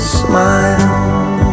smile